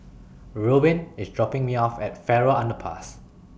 Reubin IS dropping Me off At Farrer Underpass